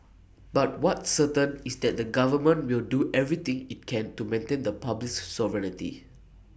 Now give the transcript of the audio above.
but what's certain is that the government will do everything IT can to maintain the republic's sovereignty